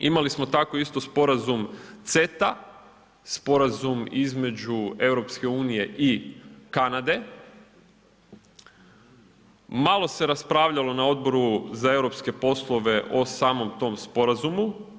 Imali smo isto tako sporazum CETA sporazum između EU i Kanade, malo se raspravljalo na Odboru za europske poslove o samom tom sporazumu.